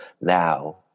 now